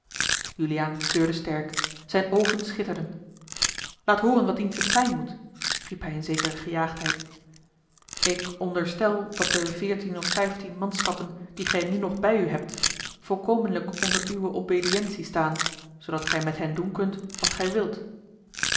juliaan kleurde sterk zijne oogen schitterden laat hooren wat dienst het zijn moet riep hij in zekere gejaagdheid ik onderstel dat de veertien of vijftien manschappen die gij nu nog bij u hebt volkomenlijk onder uwe obedientie staan zoodat gij met hen doen kunt wat gij wilt